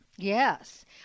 Yes